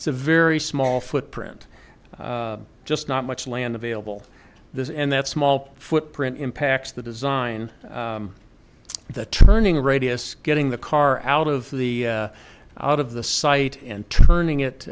it's a very small footprint just not much land available this and that small footprint impacts the design the turning radius getting the car out of the out of the site and turning it